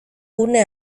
gune